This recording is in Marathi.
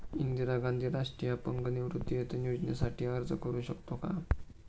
इंदिरा गांधी राष्ट्रीय अपंग निवृत्तीवेतन योजनेसाठी अर्ज करू शकतो का?